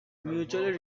mutually